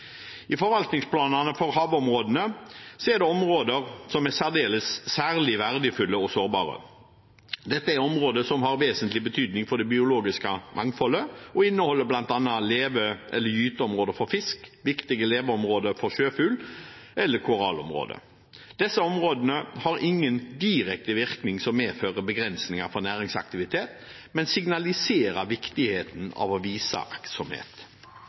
I forvaltningsplanene for havområdene er det områder som er særlig verdifulle og sårbare. Dette er områder som har vesentlig betydning for det biologiske mangfoldet, og inneholder bl.a. gyteområder for fisk, viktige leveområder for sjøfugl eller korallområder. Disse områdene har ingen direkte verdier som medfører begrensninger for næringsaktivitet, men signaliserer viktigheten av å vise aktsomhet.